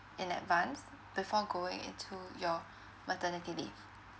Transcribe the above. in advance before going into your maternity leave